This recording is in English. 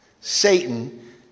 Satan